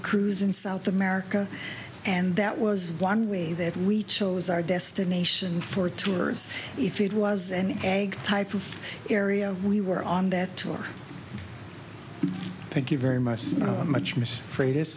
cruise in south america and that was one way that we chose our destination for tourists if it was an egg type of area we were on that tour thank you very much much m